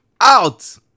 out